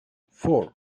four